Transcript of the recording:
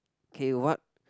okay what